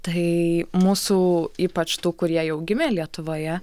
tai mūsų ypač tų kurie jau gimė lietuvoje